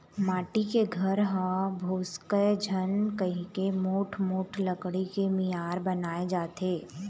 माटी के घर ह भोसकय झन कहिके मोठ मोठ लकड़ी के मियार बनाए जाथे